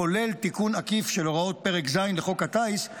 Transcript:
כולל תיקון עקיף של הוראות פרק ז' לחוק הטיס,